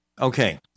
Okay